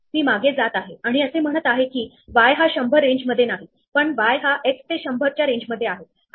तेव्हा इथे खात्री असते की ज्या स्क्वेअरला एकदा पोहोचलो आहे तो क्यू मध्ये पुन्हा येणार नाही